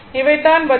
இவை தான் பதில்கள்